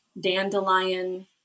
dandelion